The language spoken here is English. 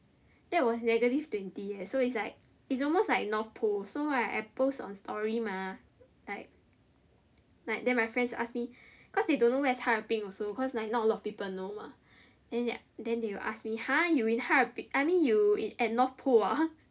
that was negative twenty leh so it's like it's almost like north pole so right I post on story mah like like then my friends ask me cause they don't know where's 哈尔滨 is also cause not a lot people know mah then they were like then they will ask me !huh! you in 哈尔滨 I mean you you at North-Pole ah